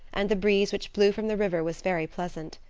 and the breeze which blew from the river was very pleasant.